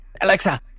Alexa